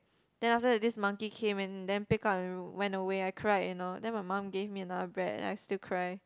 then after that this monkey came and then pick up and went away I cried and all then my mum gave me another bread and I still cry